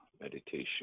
meditation